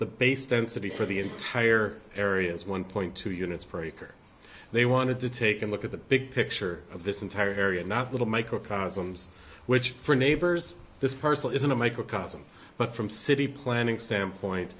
the base tensity for the entire area is one point two units per acre they wanted to take a look at the big picture of this entire area not little microcosms which for neighbors this person isn't a microcosm but from city planning sam point